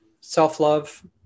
self-love